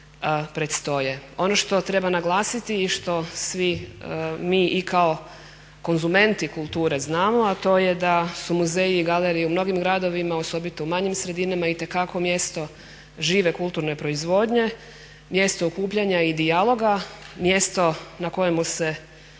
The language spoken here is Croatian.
Ono što treba naglasiti i što svi mi i kao konzumenti kulture znamo, a to je da su muzeji i galerije u mnogim gradovima osobito u manjim sredinama itekako mjesto žive kulturne proizvodnje, mjesto okupljanja i dijaloga, mjesto na kojemu se